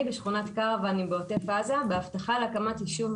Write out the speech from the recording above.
בשכונת קרוואנים בעוטף עזה בהבטחה להקמת יישוב